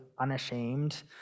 unashamed